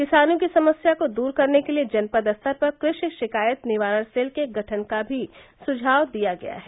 किसानों की समस्या को दूर करने के लिए जनपद स्तर पर कृषि शिकायत निवारण सेल के गठन का भी सुझाव दिया गया है